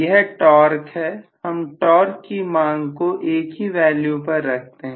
यह टॉर्क है हम टॉर्क की मांग को एक ही वैल्यू पर रखते हैं